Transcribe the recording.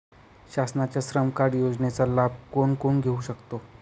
शासनाच्या श्रम कार्ड योजनेचा लाभ कोण कोण घेऊ शकतो?